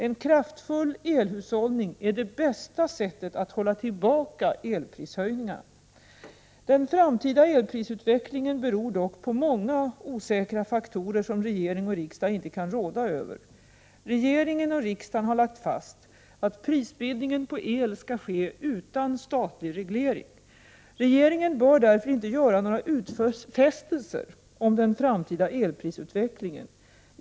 En kraftfull elhushållning är det bästa sättet att hålla tillbaka elprishöjningarna. Den framtida elprisutvecklingen beror dock på många osäkra faktorer som regering och riksdag inte kan råda över. Regeringen och riksdagen har lagt fast att prisbildningen på el skall ske utan statlig reglering. Regeringen bör därför inte göra några utfästelser om den framtida elprisutvecklingen.